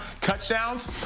touchdowns